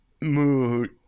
mood